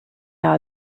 are